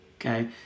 okay